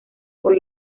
por